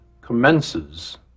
commences